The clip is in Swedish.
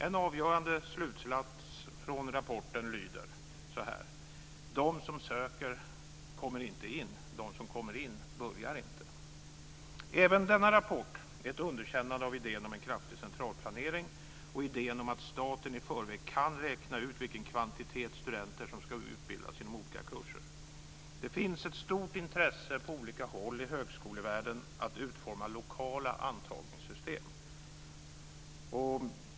En avgörande slutsats i rapporten lyder: "De som söker kommer inte in, de som kommer in börjar inte." Även denna rapport är ett underkännande av idén om en kraftig central planering och idén om att staten i förväg kan räkna ut vilken kvantitet studenter som ska utbildas inom olika kurser. Det finns ett stort intresse på olika håll i högskolevärlden att utforma lokala antagningssystem.